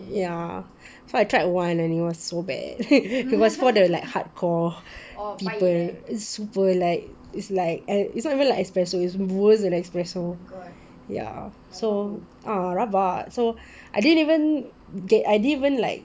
ya so I tried one and it was so bad it was for the like hardcore people is super like is like eh is not even like espresso it's worse than espresso ya so rabak so I didn't even K I didn't even like